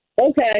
Okay